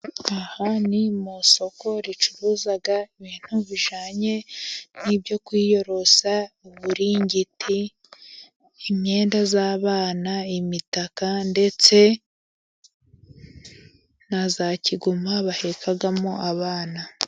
Aha ni mu isoko ricuruza ibintu bijyanye n'ibyo kwiyorosa uburingiti, imyenda y'abana, imitaka, ndetse na za kigoma bahekamo abana.